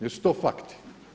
Jesu to fakti?